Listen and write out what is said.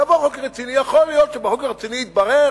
יבוא חוק רציני, יכול להיות שבחוק הרציני יתברר,